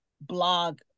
blog